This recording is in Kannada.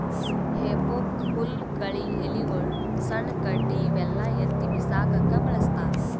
ಹೆಫೋಕ್ ಹುಲ್ಲ್ ಕಳಿ ಎಲಿಗೊಳು ಸಣ್ಣ್ ಕಡ್ಡಿ ಇವೆಲ್ಲಾ ಎತ್ತಿ ಬಿಸಾಕಕ್ಕ್ ಬಳಸ್ತಾರ್